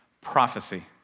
prophecy